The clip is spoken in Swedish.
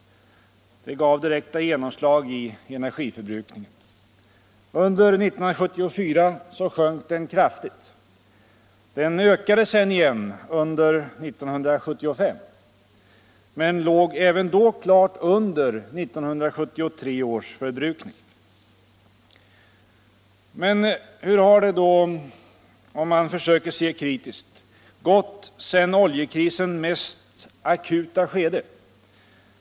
Det gav direkta genomslag i energiförbrukningen. Under 1974 sjönk den kraftigt. Den ökade sedan igen under 1975, men låg även då klart under 1973 års förbrukning. Men hur har det då, om man försöker se kritiskt, gått sedan oljekrisens mest akuta skede?